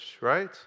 right